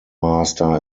master